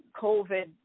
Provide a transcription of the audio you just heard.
COVID